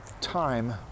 time